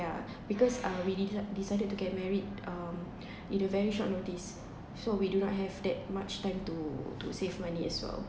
yeah because uh we de~ decided to get married um in a very short notice so we do not have that much time to to save money as well